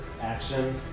action